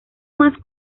más